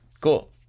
Cool